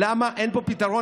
למה אין פה פתרון?